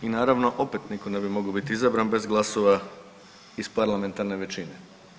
I naravno opet nitko ne bi mogao biti izabran bez glasova iz parlamentarne većine.